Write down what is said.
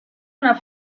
una